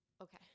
Okay